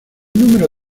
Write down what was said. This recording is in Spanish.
número